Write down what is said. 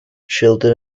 children